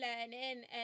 learning